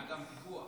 היה גם ויכוח.